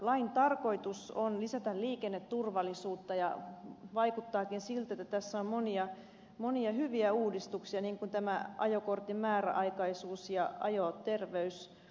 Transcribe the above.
lain tarkoitus on lisätä liikenneturvallisuutta ja vaikuttaakin siltä että tässä on monia hyviä uudistuksia niin kuin tämä ajokortin määräaikaisuus ja ajoterveystarkastukset